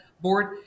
board